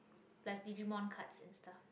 plus digimon cards and stuff